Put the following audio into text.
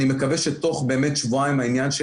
אני מקווה שתוך באמת שבועיים העניין של